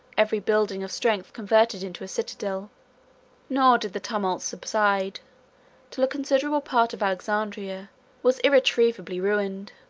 every building of strength converted into a citadel nor did the tumults subside till a considerable part of alexandria was irretrievably ruined.